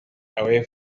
away